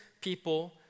people